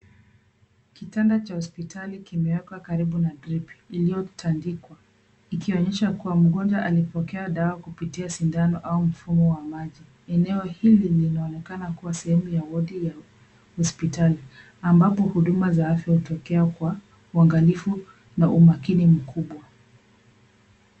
Kitanda cha hospitali kimewekwa karibu na drip iliyotandikwa ikionyesha kuwa mgonjwa alipokea dawa kupitia sindano au mfumo wa maji. Eneo hili linaonekana kuwa sehemu ya wodi ya hospitali ambapo huduma za afya hutokea Kwa uangalifu na umaakini mkubwa.